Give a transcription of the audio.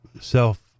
self